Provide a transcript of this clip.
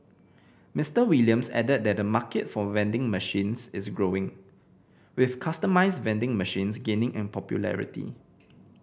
Mister Williams added that the market for vending machines is growing with customised vending machines gaining in popularity